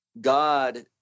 God